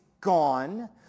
gone